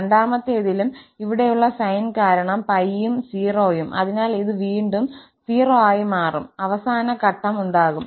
രണ്ടാമത്തേതിലും ഇവിടെയുള്ള സൈൻ കാരണം 𝜋 യും 0 യും അതിനാൽ ഇത് വീണ്ടും 0 ആയി മാറും അവസാന ഘട്ടം ഉണ്ടാകും